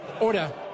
order